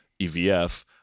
EVF